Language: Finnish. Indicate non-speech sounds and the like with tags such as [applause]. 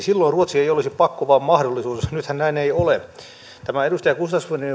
[unintelligible] silloin ruotsi ei olisi pakko vaan mahdollisuus nythän näin ei ole tähän edustaja gustafssonin [unintelligible]